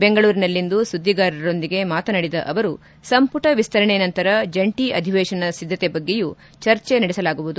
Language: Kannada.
ಬೆಂಗಳೂರಿನಲ್ಲಿಂದು ಸುದ್ದಿಗಾರೊಂದಿಗೆ ಮಾತನಾಡಿದ ಅವರು ಸಂಪುಟ ವಿಸ್ತರಣೆ ನಂತರ ಜಂಟಿ ಅಧಿವೇತನ ಸಿದ್ದತೆ ಬಗ್ಗೆಯೂ ಚರ್ಚೆ ನಡೆಸಲಾಗುವುದು